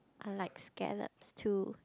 I like scallops too